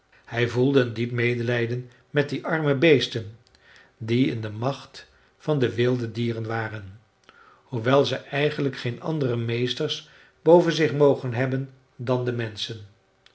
hij voelde een diep medelijden met die arme beesten die in de macht van de wilde dieren waren hoewel ze eigenlijk geen andere meesters boven zich mogen hebben dan de menschen